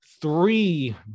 three